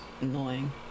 annoying